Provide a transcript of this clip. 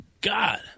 God